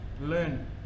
learn